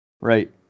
right